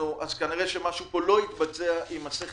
אז כנראה שמשהו כאן לא התבצע עם השכל